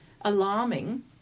alarming